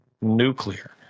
Nuclear